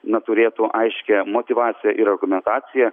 na turėtų aiškią motyvaciją ir argumentaciją